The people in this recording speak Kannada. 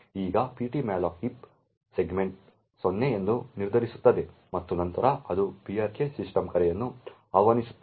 ಈಗ ptmalloc ಹೀಪ್ ಸೆಗ್ಮೆಂಟ್ 0 ಎಂದು ನಿರ್ಧರಿಸುತ್ತದೆ ಮತ್ತು ನಂತರ ಅದು brk ಸಿಸ್ಟಮ್ ಕರೆಯನ್ನು ಆಹ್ವಾನಿಸುತ್ತದೆ